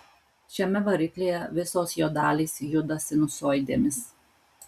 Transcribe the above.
šiame variklyje visos jo dalys juda sinusoidėmis